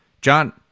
John